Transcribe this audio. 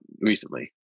recently